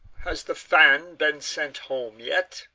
has the fan been sent home yet?